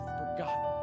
forgotten